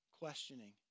questioning